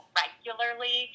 regularly